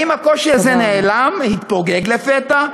האם הקושי הזה נעלם, התפוגג לפתע?